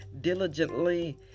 diligently